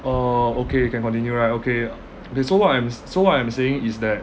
uh okay can continue right okay that so what I'm so what I'm saying is that